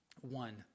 One